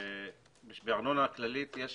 בארנונה הכללית יש